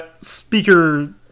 speaker